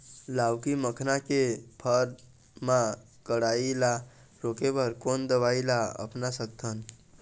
लाउकी मखना के फर मा कढ़ाई ला रोके बर कोन दवई ला अपना सकथन?